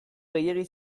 gehiegi